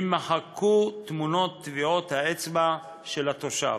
יימחקו תמונות טביעות האצבע של התושב.